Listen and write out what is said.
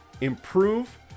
improve